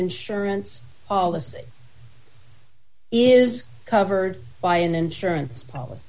insurance policy is covered by an insurance policy